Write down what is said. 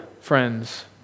friends